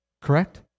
Correct